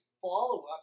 follow-up